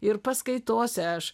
ir paskaitose aš